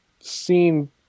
seen